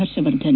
Harshvardhan